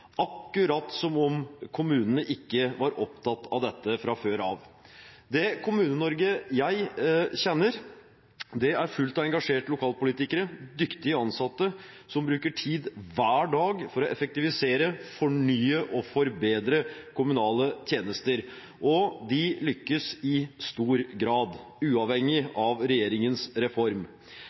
akkurat som om kommunene ikke var opptatt av dette fra før. Det Kommune-Norge jeg kjenner, er fullt av engasjerte lokalpolitikere og dyktige ansatte som bruker tid hver dag på å effektivisere, fornye og forbedre de kommunale tjenestene, og de lykkes i stor grad, uavhengig av regjeringens reform.